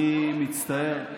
אני מצטער,